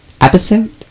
episode